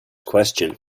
question